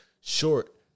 short